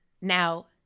Now